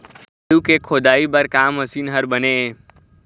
आलू के खोदाई बर का मशीन हर बने ये?